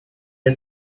the